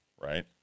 right